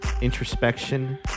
introspection